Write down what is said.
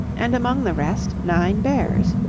and among the rest nine bears.